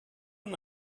and